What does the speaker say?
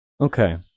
Okay